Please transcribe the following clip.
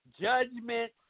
judgment